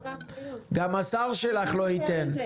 גם השר שלך לא ייתן.